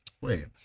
wait